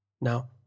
Now